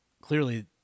clearly